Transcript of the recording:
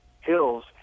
hills